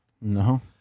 No